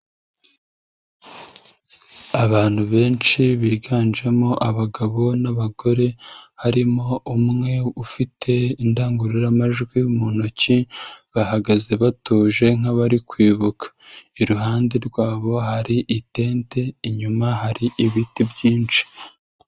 Abantu benshi biganjemo abagabo n'abagore harimo umwe ufite indangururamajwi mu ntoki bahagaze batuje nk'abari kwibuka, iruhande rwabo hari itente, inyuma hari ibiti byinshi.